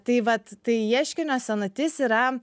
tai vat tai ieškinio senatis yra